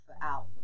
out